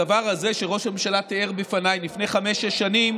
הדבר הזה שראש הממשלה תיאר לפניי לפני חמש-שש שנים